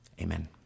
amen